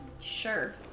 Sure